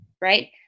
right